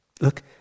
Look